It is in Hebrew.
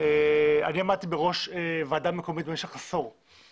אני עמדתי בראש ועדה מקומית במשך עשור,